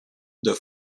the